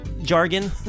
Jargon